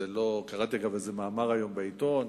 קראתי, אגב, איזה מאמר היום בעיתון: